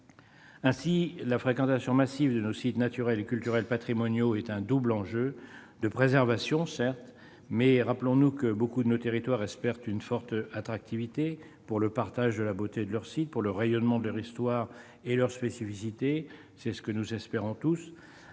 Ainsi, la fréquentation massive de nos sites naturels et culturels patrimoniaux est un double enjeu. De préservation, certes. Mais rappelons-nous que beaucoup de nos territoires espèrent une forte attractivité pour le partage de la beauté de leurs sites, pour le rayonnement de leur histoire et de leurs spécificités. C'est ce que nous espérons tous.